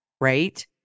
right